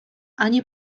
ani